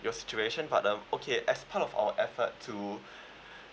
your situation but um okay as part of our effort to